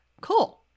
cool